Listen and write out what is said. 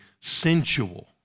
sensual